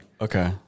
Okay